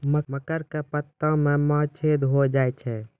मकर के पत्ता मां छेदा हो जाए छै?